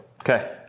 Okay